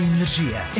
Energia